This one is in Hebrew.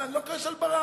אני לא כועס על ברק.